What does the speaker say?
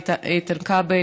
איתן כבל,